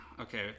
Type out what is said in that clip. Okay